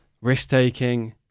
risk-taking